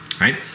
Right